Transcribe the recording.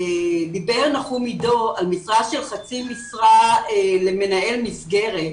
דיבר נחום עידו על משרה של חצי משרה למנהל מסגרת,